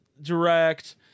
direct